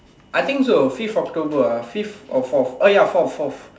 I think so fifth October ah fifth or fourth oh ya fourth fourth